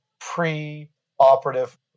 pre-operative